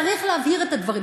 צריך להבהיר את הדברים.